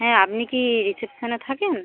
হ্যাঁ আপনি কি রিসেপশনে থাকেন